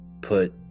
put